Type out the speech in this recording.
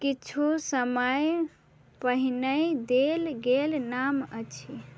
किछु समय पहिने देल गेल नाम अछि